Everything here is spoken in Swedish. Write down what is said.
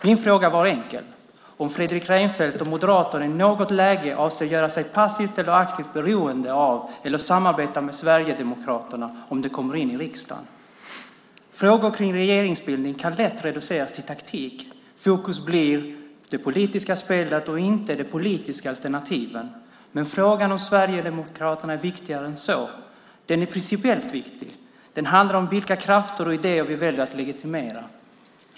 Min fråga var enkel, nämligen om Fredrik Reinfeldt och Moderaterna i något läge avser att göra sig passivt eller aktivt beroende av eller samarbeta med Sverigedemokraterna om de kommer in i riksdagen. Frågor kring regeringsbildning kan lätt reduceras till taktik. Fokus blir det politiska spelet, inte de politiska alternativen. Men frågan om Sverigedemokraterna är viktigare än så. Den är principiellt viktig. Den handlar om vilka krafter och idéer vi väljer att legitimera.